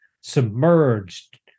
submerged